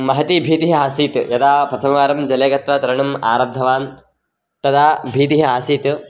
महती भीतिः आसीत् यदा प्रथमवारं जले गत्वा तरणम् आरब्धवान् तदा भीतिः आसीत्